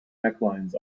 necklines